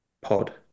pod